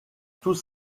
tout